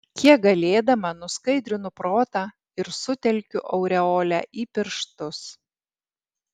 kiek galėdama nuskaidrinu protą ir sutelkiu aureolę į pirštus